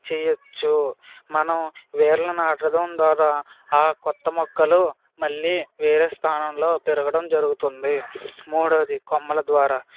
చేయొచ్చు మనం వేర్ల నాటడం ద్వారా ఆ కొత్త మొక్కలు మళ్ళీ వేరే స్థానంలో పెరగడం జరుగుతుంది మూడోది కొమ్మల ద్వారా